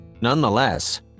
Nonetheless